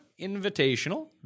Invitational